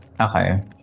okay